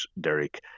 Derek